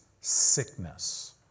sickness